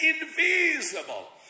invisible